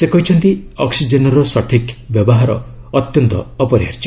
ସେ କହିଛନ୍ତି ଅକ୍ପିଜେନ୍ର ସଠିକ୍ ବ୍ୟବହାର ଅତ୍ୟନ୍ତ ଅପରିହାର୍ଯ୍ୟ